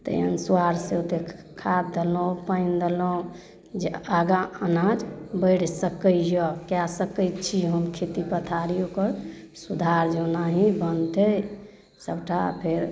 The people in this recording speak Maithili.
तै अनुस्वार से ओतेक खाद देलहुँ पानि देलहुँ जे आगा अनाज बढ़ि सकैए कए सकै छी हम खेती पथारी ओकर सुधार जे ओनाही बनतै सबटा फेर